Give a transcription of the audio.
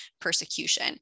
persecution